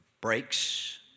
breaks